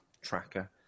tracker